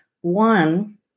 One